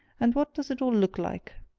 and what does it all look like?